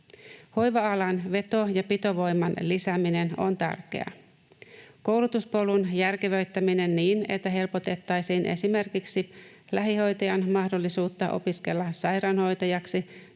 Hoiva-alan veto- ja pitovoiman lisääminen on tärkeää. Koulutuspolkua on järkevöitettävä niin, että helpotettaisiin esimerkiksi lähihoitajan mahdollisuutta opiskella sairaanhoitajaksi